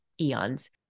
eons